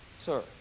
Sir